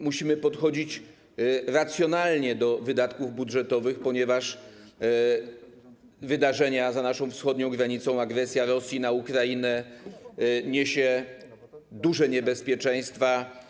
Musimy podchodzić racjonalnie do wydatków budżetowych, ponieważ wydarzenia za naszą wschodnią granicą, agresja Rosji na Ukrainę, niosą za sobą dużo niebezpieczeństw.